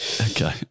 Okay